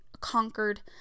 conquered